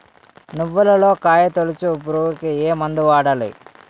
నువ్వులలో కాయ తోలుచు పురుగుకి ఏ మందు వాడాలి?